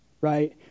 right